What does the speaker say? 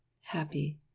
happy